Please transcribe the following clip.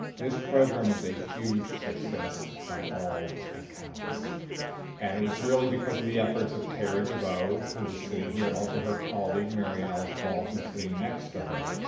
this program was a huge success by all accounts and it was really because of the efforts terry devoe who is sitting here and also her colleague, mary alice ball, who's sitting next to her.